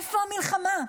איפה המלחמה?